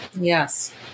Yes